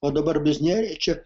o dabar biznieriai čia